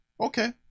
Okay